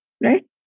right